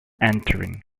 entering